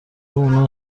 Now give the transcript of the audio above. اون